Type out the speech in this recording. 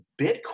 Bitcoin